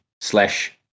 slash